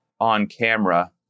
on-camera